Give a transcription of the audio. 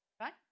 right